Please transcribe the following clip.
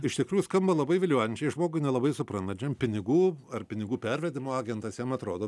iš tikrųjų skamba labai viliojančiai žmogui nelabai suprantančiam pinigų ar pinigų pervedimo agentas jam atrodo